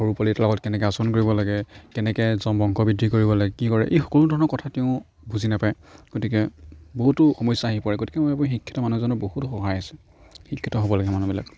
সৰু পোৱালি এটাৰ লগত কেনেকৈ আচৰণ কৰিব লাগে কেনেকৈ এজন বংশবৃদ্ধি কৰিব লাগে কি কৰে এই সকলো ধৰণৰ কথা তেওঁ বুজি নাপায় গতিকে বহুতো সমস্যা আহি পৰে গতিকে মই ভাবোঁ শিক্ষিত মানুহ এজনৰ বহুত সহায় আছে শিক্ষিত হ'ব লাগে মানুহবিলাক